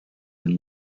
and